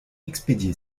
expédié